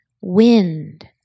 Wind